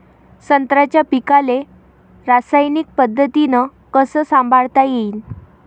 संत्र्याच्या पीकाले रासायनिक पद्धतीनं कस संभाळता येईन?